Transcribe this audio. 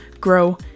grow